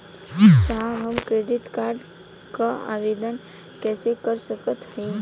साहब हम credit card क आवेदन कइसे कर सकत हई?